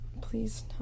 Please